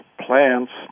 plants